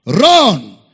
Run